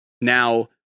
Now